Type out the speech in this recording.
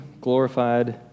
glorified